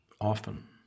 Often